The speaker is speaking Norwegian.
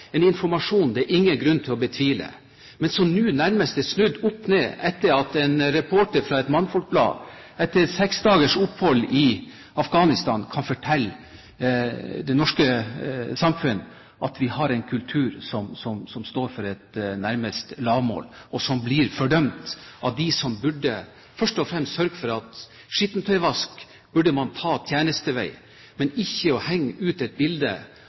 en informasjon det er ingen grunn til å betvile, men som nå nærmest er snudd opp ned etter at en reporter fra et mannfolkblad etter et seks dagers opphold i Afghanistan kan fortelle det norske samfunn at vi har en kultur som nærmest er på et lavmål, og som blir fordømt av dem som først og fremst burde sørge for at skittentøyvasken blir tatt tjenestevei, og ikke henge ut